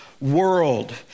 world